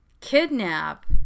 kidnap